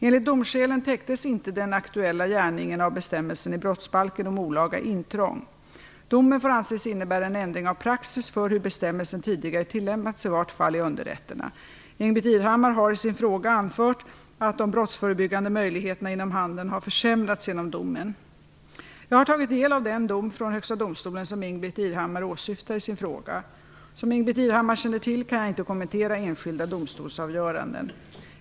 Enligt domskälen täcktes inte den aktuella gärningen av bestämmelsen i brottsbalken om olaga intrång. Domen får anses innebära en ändring av praxis för hur bestämmelsen tidigare tillämpats, i vart fall i underrätterna. Ingbritt Irhammar har i sin fråga anfört att de brottsförebyggande möjligheterna inom handeln har försämrats genom domen. Jag har tagit del av den dom från Högsta domstolen som Ingbritt Irhammar åsyftar i sin fråga. Som Ingbritt Irhammar känner till kan jag inte kommentera enskilda domstolsavgöranden.